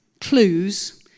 clues